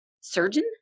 Surgeon